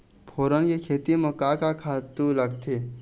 फोरन के खेती म का का खातू लागथे?